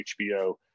HBO